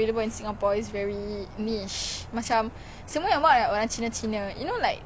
broadcast melayu like in english but then by malay people